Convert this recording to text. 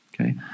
Okay